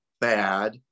bad